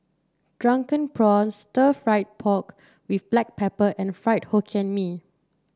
Drunken Prawns stir fry pork with Black Pepper and Fried Hokkien Mee